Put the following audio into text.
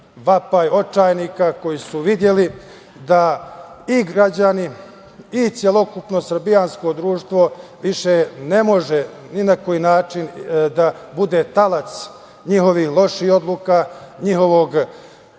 vapaj očajnika koji su videli da i građani i celokupno srpsko društvo više ne može ni na koji način da bude talac njihovi loših odluka, njihovog